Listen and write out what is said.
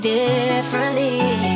differently